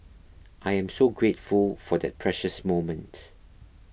I am so grateful for that precious moment